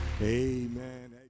Amen